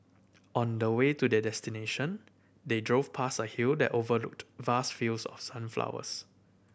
on the way to their destination they drove past a hill that overlooked vast fields of sunflowers